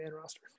roster